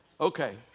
okay